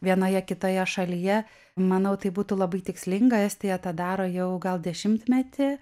vienoje kitoje šalyje manau tai būtų labai tikslinga estija tą daro jau gal dešimtmetį